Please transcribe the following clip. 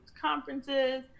conferences